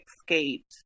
escaped